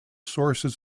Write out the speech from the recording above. sources